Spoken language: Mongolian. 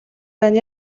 байна